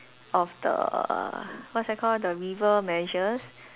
of the what's that called the river measures